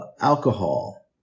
alcohol